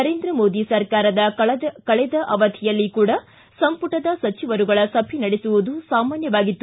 ನರೇಂದ್ರ ಮೋದಿ ಸರ್ಕಾರದ ಕಳೆದ ಅವಧಿಯಲ್ಲಿ ಕೂಡ ಸಂಪುಟದ ಸಚಿವರುಗಳ ಸಭೆ ನಡೆಸುವುದು ಸಾಮಾನ್ವವಾಗಿತ್ತು